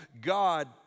God